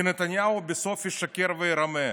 כי נתניהו בסוף ישקר וירמה.